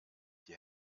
die